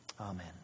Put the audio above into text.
Amen